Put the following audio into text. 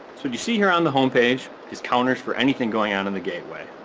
so you see here on the homepage is counters for anything going on in the gateway.